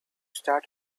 start